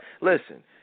Listen